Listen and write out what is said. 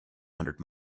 hundred